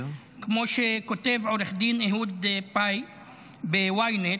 כמו שכותב עו"ד אהוד פאי ב-ynet,